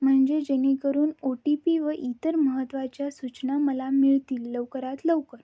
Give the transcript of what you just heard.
म्हणजे जेणेकरून O T P व इतर महत्त्वाच्या सूचना मला मिळतील लवकरात लवकर